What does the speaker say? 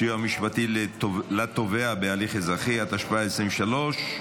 סיוע משפטי לתובע בהליך אזרחי), התשפ"ג 2023,